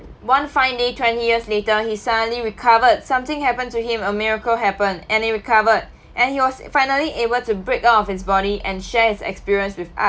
one fine day twenty years later he suddenly recovered something happened to him a miracle happened and he recovered and he was finally able to break out of his body and share his experience with us